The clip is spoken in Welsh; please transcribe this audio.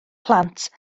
plant